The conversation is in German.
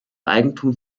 eigentum